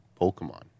pokemon